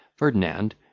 Ferdinand